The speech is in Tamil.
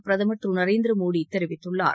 பிரதமர் திரு நரேந்திர மோடி தெரிவித்துள்ளார்